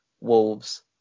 Wolves